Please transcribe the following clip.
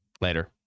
Later